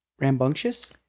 Rambunctious